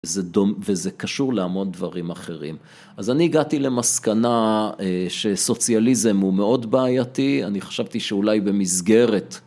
וזה קשור להמון דברים אחרים. אז אני הגעתי למסקנה שסוציאליזם הוא מאוד בעייתי, אני חשבתי שאולי במסגרת...